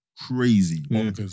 crazy